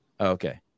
Okay